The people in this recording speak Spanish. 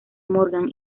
morgan